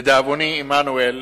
לדאבוני, עמנואל,